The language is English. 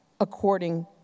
according